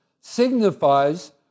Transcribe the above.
signifies